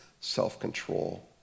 self-control